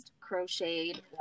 crocheted